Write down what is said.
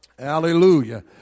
Hallelujah